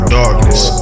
darkness